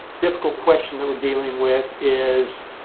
difficult question that we're dealing with is,